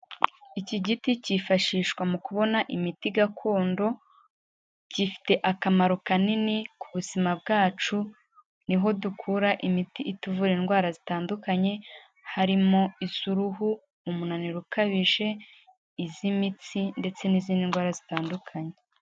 Iki giti cyifashishwa mu kubona imiti gakondo, gifite akamaro kanini ku buzima bwacu, ni ho dukura imiti ituvura indwara zitandukanye, harimo iz'uruhu, umunaniro ukabije, iz'imitsi ndetse n'izindi ndwara zitandukanye.